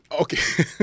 Okay